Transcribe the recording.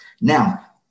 Now